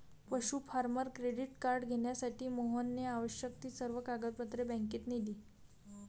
पशु farmer credit card घेण्यासाठी मोहनने आवश्यक ती सर्व कागदपत्रे बँकेत नेली